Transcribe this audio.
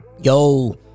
yo